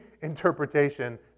interpretation